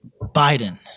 Biden